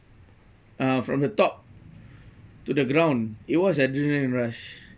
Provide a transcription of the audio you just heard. uh from the top to the ground it was adrenaline rush